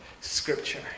scripture